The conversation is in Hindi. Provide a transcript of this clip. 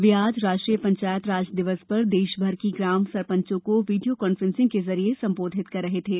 वे आज राष्ट्रीय पंचायत राज दिवस पर देशभर की ग्राम सरपंचों को वीडियो कान्फ्रेसिंग के जरिए सम्बोधित कर रहे थे